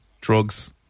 drugs